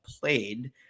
played